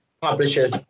publishers